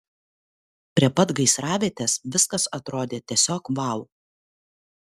prie pat gaisravietės viskas atrodė tiesiog vau